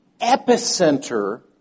epicenter